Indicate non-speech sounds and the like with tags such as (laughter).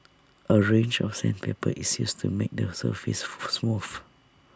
A range of sandpaper is used to make the surface (noise) smooth